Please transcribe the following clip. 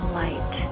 light